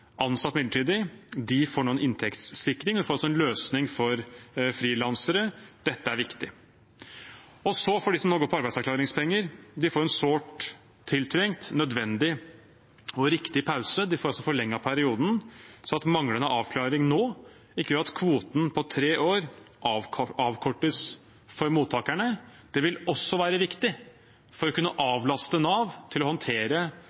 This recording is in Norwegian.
ansatt midlertidig. De får nå en inntektssikring, og vi får også en løsning for frilansere. Dette er viktig. De som nå går på arbeidsavklaringspenger, får en sårt tiltrengt, nødvendig og riktig pause – de får forlenget perioden, sånn at manglende avklaring nå ikke gjør at kvoten på tre år avkortes for mottakerne. Det vil også være viktig for å kunne avlaste Nav med å håndtere